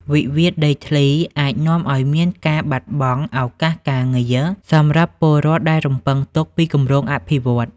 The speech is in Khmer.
វិវាទដីធ្លីអាចនាំឱ្យមានការបាត់បង់ឱកាសការងារ សម្រាប់ពលរដ្ឋដែលរំពឹងទុកពីគម្រោងអភិវឌ្ឍន៍។